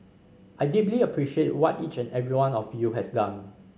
I deeply appreciate what each and every one of you has done